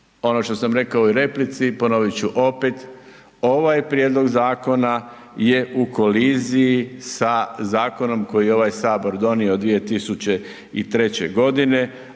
Ono što sam rekao i u replici, ponovit ću opet. Ovaj prijedlog zakona je u koliziji sa zakonom koji je ovaj sabor donio 2003. godina,